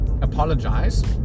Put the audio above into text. Apologize